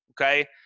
Okay